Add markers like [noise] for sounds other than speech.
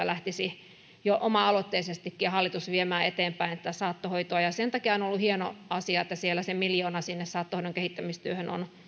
[unintelligible] lähtisivät jo oma aloitteisestikin viemään eteenpäin tätä saattohoitoa ja sen takia on ollut hieno asia että siellä se miljoona sinne saattohoidon kehittämistyöhön on